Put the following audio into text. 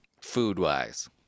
Food-wise